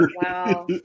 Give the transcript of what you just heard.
Wow